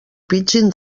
pidgin